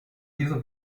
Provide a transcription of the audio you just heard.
dieser